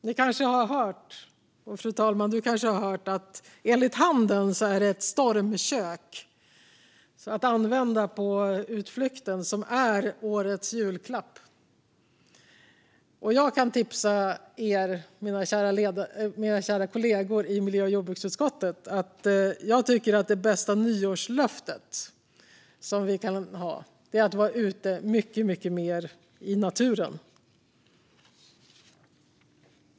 Ni kanske har hört, och fru talmannen kanske har hört, att enligt handeln är det ett stormkök att använda på utflykten som är årets julklapp. Jag kan tipsa mina kära kollegor i miljö och jordbruksutskottet om att det bästa nyårslöftet är att vara ute mycket mer i naturen.